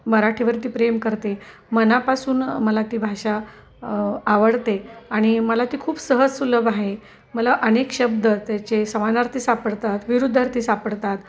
मराठीवरती प्रेम करते मनापासून मला ती भाषा आवडते आणि मला ती खूप सहज सुलभ आहे मला अनेक शब्द त्याचे समानार्थी सापडतात विरुद्धार्थी सापडतात